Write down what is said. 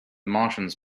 martians